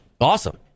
Awesome